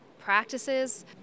practices